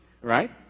right